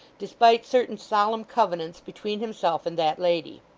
despite certain solemn covenants between himself and that lady.